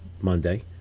Monday